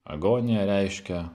agonija reiškia